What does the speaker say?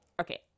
okay